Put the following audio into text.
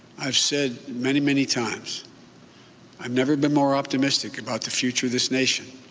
i've said many, many times i've never been more optimistic about the future of this nation.